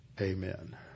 Amen